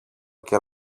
και